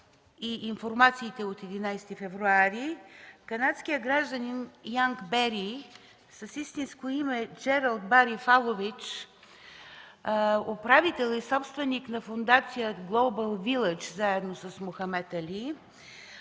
и информациите от 11 февруари канадският гражданин Янк Бери с истинско име Джералд Бари Фалович – управител и собственик на Фондация „Глобал Вилдж” заедно с Мохамед Али